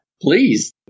Please